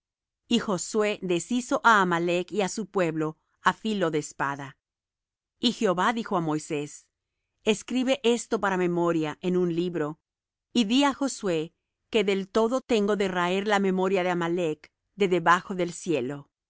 y josué deshizo á amalec y á su pueblo á filo de espada y jehová dijo á moisés escribe esto para memoria en un libro y di á josué que del todo tengo de raer la memoria de amalec de debajo del cielo